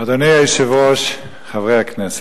אדוני היושב-ראש, חברי הכנסת,